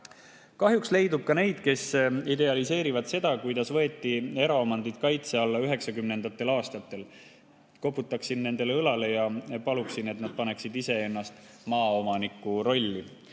Kahjuks leidub ka neid, kes idealiseerivad seda, kuidas võeti eraomandit kaitse alla 1990. aastatel. Koputaksin nendele õlale ja paluksin, et nad paneksid iseennast maaomaniku rolli.